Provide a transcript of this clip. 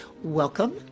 Welcome